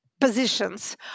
positions